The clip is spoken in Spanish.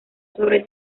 sobre